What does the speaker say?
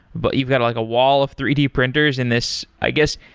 but you've got like a wall of three d printers and this i guess,